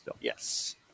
Yes